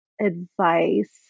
advice